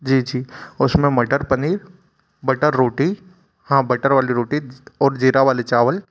जी जी उस में मटर पनीर बटर रोटी हाँ बटर वाली रोटी और ज़ीरा वाले चावल